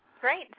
Great